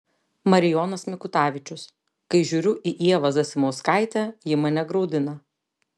marijonas mikutavičius kai žiūriu į ievą zasimauskaitę ji mane graudina